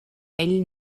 ell